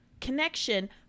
connection